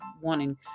wanting